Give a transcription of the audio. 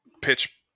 pitch